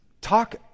talk